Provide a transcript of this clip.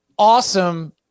awesome